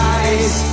eyes